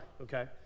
okay